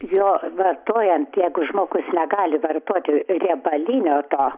jo vartojant jeigu žmogus negali vartoti riebalinio to